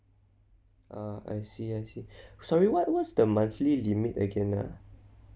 uh I see I see sorry what what's the monthly limit again ah